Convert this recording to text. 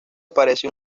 aparece